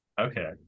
okay